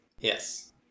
Yes